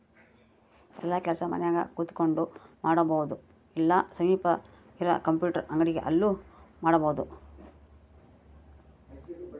ಯೆಲ್ಲ ಕೆಲಸ ಮನ್ಯಾಗ ಕುಂತಕೊಂಡ್ ಮಾಡಬೊದು ಇಲ್ಲ ಸನಿಪ್ ಇರ ಕಂಪ್ಯೂಟರ್ ಅಂಗಡಿ ಅಲ್ಲು ಮಾಡ್ಬೋದು